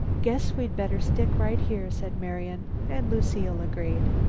guess we'd better stick right here, said marian, and lucile agreed.